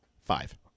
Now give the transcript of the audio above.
Five